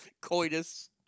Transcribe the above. Coitus